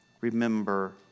remember